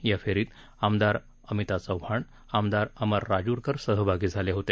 या फेरीत आमदार अमिता चव्हाण आमदार अमर राजुरकर सहभागी झाले होते